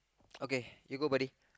okay you go buddy